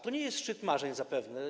To nie jest szczyt marzeń zapewne.